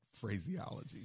phraseology